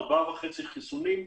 ארבעה וחצי חיסונים.